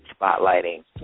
spotlighting